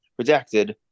Redacted